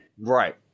Right